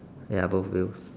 ya both wheels